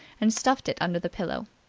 and stuffed it under the pillow.